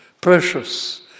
precious